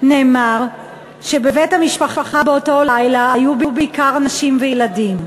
נאמר שבבית המשפחה באותו לילה היו בעיקר נשים וילדים.